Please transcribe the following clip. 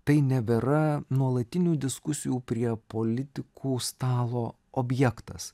tai nebėra nuolatinių diskusijų prie politikų stalo objektas